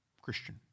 Christian